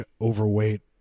Overweight